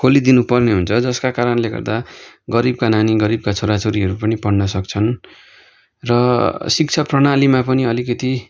खोलिदिनु पर्ने हुन्छ जसका कारणले गर्दा गरीबका नानी गरीबका छोराछोरीहरू पनि पढ्न सक्छन् र शिक्षा प्रणालीमा पनि अलिकति